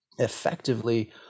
effectively